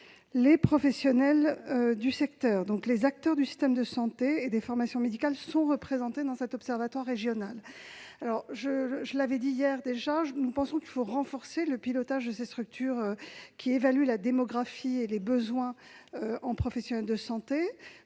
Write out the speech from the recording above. les professionnels du secteur, est prévue. Par conséquent, les acteurs du système de santé et des formations médicales sont représentés dans cet observatoire régional. Je l'ai dit hier, nous pensons qu'il faut renforcer le pilotage de ces structures, qui évaluent la démographie médicale et les besoins en professionnels de santé.